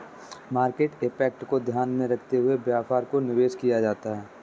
market impact को ध्यान में रखते हुए व्यापार में निवेश किया जाता है